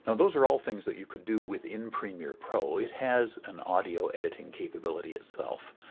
and those are all things that you could do with in premier pro. it has an audio editing capability itself.